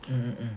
mm